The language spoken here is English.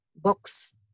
box